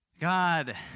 God